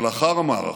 אבל לאחר המערכה,